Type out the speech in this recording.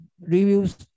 reviews